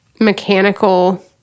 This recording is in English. mechanical